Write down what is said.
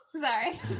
Sorry